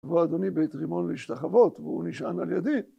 ‫והוא אדוני בית רימון להשתחוות ‫והוא נשען על ידי.